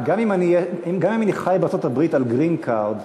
גם אם אני חי בארצות-הברית על "גרין קארד",